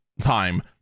time